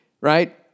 Right